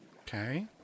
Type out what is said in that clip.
okay